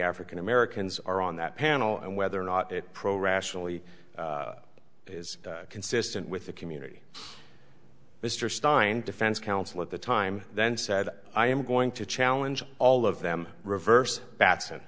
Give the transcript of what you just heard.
african americans are on that panel and whether or not it pro rationally is consistent with the community mr stein defense counsel at the time then said i am going to challenge all of them reverse